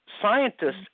scientists